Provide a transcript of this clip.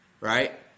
right